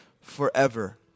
forever